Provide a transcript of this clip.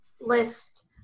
list